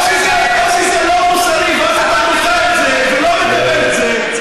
או שזה לא מוסרי ואז אתה דוחה את זה ולא מקבל את זה,